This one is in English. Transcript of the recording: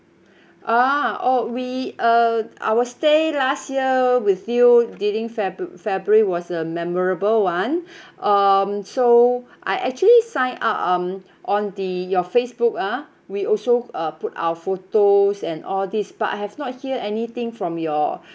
ah oh we uh our stay last year with you during februa~ february was a memorable one um so I actually sign up um on the your facebook ah we also uh put our photos and all these but I have not hear anything from your